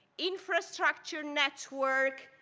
infrastructure network.